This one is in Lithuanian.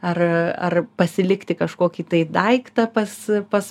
ar ar pasilikti kažkokį daiktą pas pas